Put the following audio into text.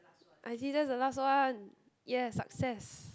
I see that's the last one ya success